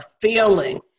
feeling